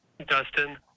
Dustin